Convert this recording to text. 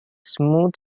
smooth